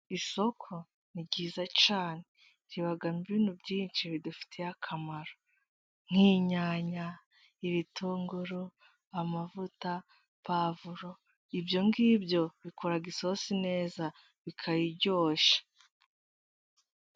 Isoko ni ryiza cyane ribamo ibintu byinshi bidufitiye akamaro; nk'inyanya, ibitunguru, amavuta, pavuro. Ibyo ngibyo bikora isosi neza bikayiryoshya.